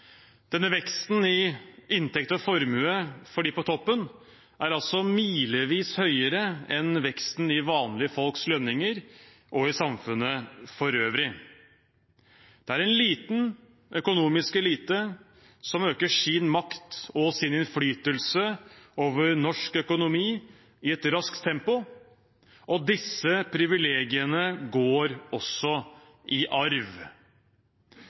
Denne veksten i inntekt og formue for dem på toppen er altså milevis høyere enn veksten for vanlige folks lønninger og i samfunnet for øvrig. Det er en liten økonomisk elite som øker sin makt og sin innflytelse over norsk økonomi i et raskt tempo, og disse privilegiene går i arv.